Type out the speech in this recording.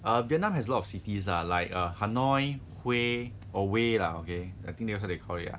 err vietnam has lot of cities lah like err hanoi hue or hue lah okay I think that's what they call it